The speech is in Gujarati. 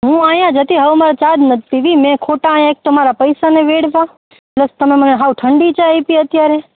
હું અહિયાં જ હતી હવે અમારે ચા જ નતી પીવી મે ખોટા અહિયાં એક તો પૈશાને વેડવા પ્લસ તમે મને હાવ ઠંડી ચા આઇપી અત્યારે